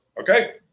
Okay